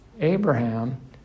Abraham